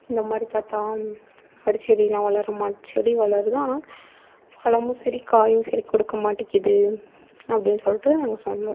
இந்த மாரி தாத்தா செடி வளரமாட் செடி வளருது ஆனால் பழமும் சரி காயும் சரி கொடுக்கமாட்டிக்குது அப்படினு சொல்லிவிட்டு நாங்கள் சொன்னோம்